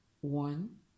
one